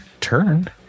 turn